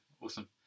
awesome